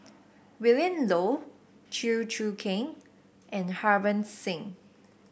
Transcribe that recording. Willin Low Chew Choo Keng and Harbans Singh